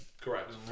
Correct